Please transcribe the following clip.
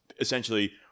essentially